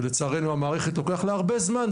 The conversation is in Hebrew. ולצערנו המערכת לוקח לה הרבה זמן,